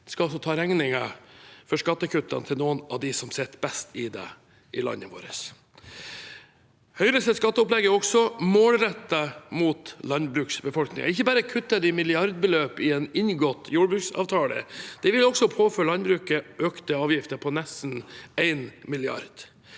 altså ta regningen for skattekuttene til noen av dem som sitter best i det i landet vårt. Høyres skatteopplegg er også målrettet mot landbruksbefolkningen. Ikke bare kutter de milliardbeløp i en inngått jordbruksavtale, de vil også påføre landbruket økte avgifter på nesten 1 mrd.